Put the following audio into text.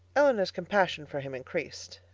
elinor's compassion for him increased,